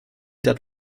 that